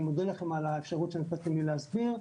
אני מודה לכם על האפשרות שנתתם לי להסביר.